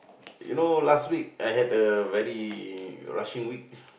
you know last week I had a very rushing week